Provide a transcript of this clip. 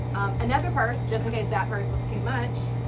another purse, just in case that purse was too much.